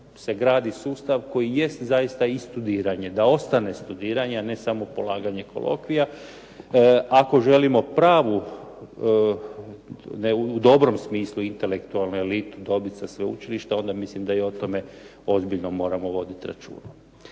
se gradi sustav koji jest zaista i studiranje, da ostane studiranje, a ne samo polaganje kolokvija. Ako želimo pravu u dobrom smislu intelektualnu elitu dobit sa sveučilišta onda mislim da i o tome ozbiljno moramo voditi računa.